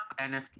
NFT